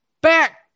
back